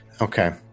Okay